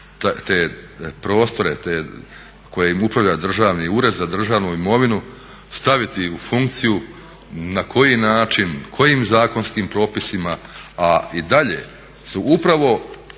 te prostore kojim upravlja Državni ured za državnu imovinu staviti u funkciju, na koji način, kojim zakonskim propisima a i dalje su upravo